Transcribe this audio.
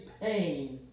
pain